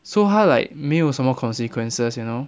so 他 like 没有什么 consequences you know